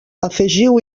afegiu